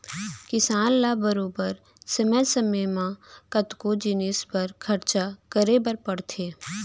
किसान ल बरोबर समे समे म कतको जिनिस बर खरचा करे बर परथे